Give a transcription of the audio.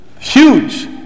Huge